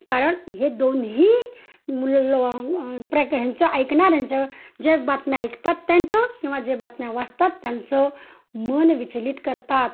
कारण हे दोन्ही प्रक ह्यांचं ऐकणाऱ्यांचं जे बातम्या ऐकतात त्यांचं किंवा जे बातम्या वाचतात त्यांचं मन विचलित करतात